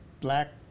black